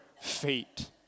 fate